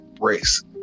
race